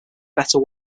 better